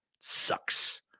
sucks